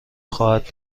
خواهد